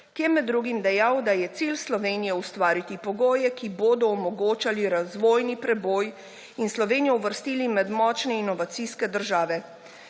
je med drugim dejal, da je cilj Slovenije ustvariti pogoje, ki bodo omogočali razvojni preboj in Slovenijo uvrstili med močne inovacijske države.